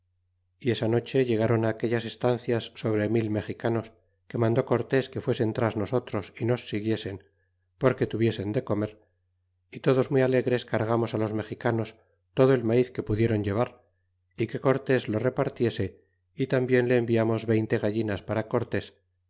y esa noche llegron aquellas estancias sobre mil mexicanos que mandó cortés que fuesen tras nosotros y nos siguiesen porque tuviesen de comer y todos muy alegres cargamos los mexicanos todo el maiz que pudieron he var y que cortés lo repartiese y tamblen le enviamos veinte gallinas para cortes